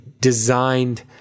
designed